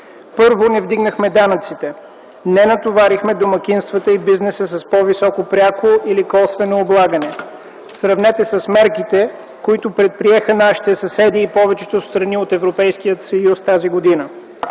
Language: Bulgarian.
Първо, не вдигнахме данъците, не натоварихме домакинствата и бизнеса с по-високо пряко или косвено облагане. Сравнете с мерките, които предприеха нашите съседи и повечето страни от Европейския съюз тази година.